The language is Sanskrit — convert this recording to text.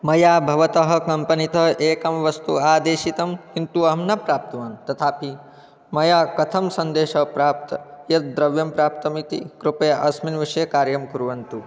मया भवतः कम्पनीतः एकं वस्तु आदेशितं किन्तु अहं न प्राप्तवान् तथापि मया कथं सन्देशः प्राप्तः यद् द्रव्यं प्राप्तमिति कृपया अस्मिन् विषये कार्यं कुर्वन्तु